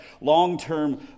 long-term